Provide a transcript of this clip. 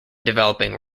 developing